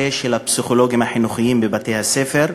של הפסיכולוגים החינוכיים בבתי-הספר,